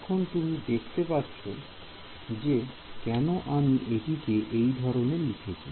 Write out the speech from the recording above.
এখন তুমি দেখতে পাচ্ছ যে কেন আমি এটিকে এই ধরনে লিখেছি